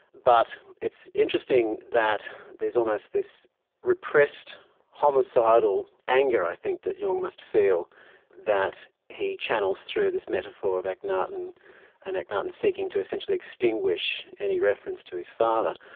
but it's interesting that there's almost this repressed homicidal anger i think that jung must feel that he channels through this metaphor of akhenaten and akhenaten seeking to essentially extinguish any reference to his father.